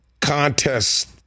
contest